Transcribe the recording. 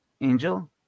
Angel